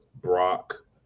Brock